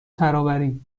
ترابری